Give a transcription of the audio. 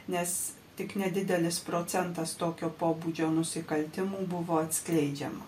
nes tik nedidelis procentas tokio pobūdžio nusikaltimų buvo atskleidžiama